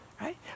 right